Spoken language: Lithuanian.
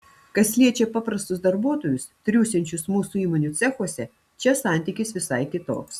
kas liečia paprastus darbuotojus triūsiančius mūsų įmonių cechuose čia santykis visai kitoks